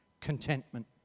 contentment